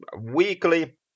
weekly